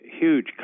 huge